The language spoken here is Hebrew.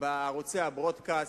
בערוצי ה-broadcast,